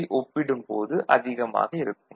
ஐ ஒப்பிடும் போது அதிகமாக இருக்கும்